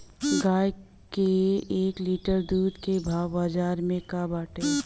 गाय के एक लीटर दूध के भाव बाजार में का बाटे?